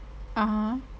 (uh huh)